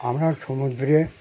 আমরা সমুদ্রে